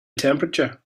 temperature